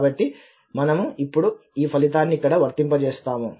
కాబట్టి మనము ఇప్పుడు ఈ ఫలితాన్ని ఇక్కడ వర్తింపజేస్తాము